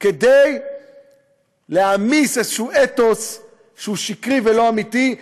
כדי להעמיס איזשהו אתוס שהוא שקרי ולא אמיתי,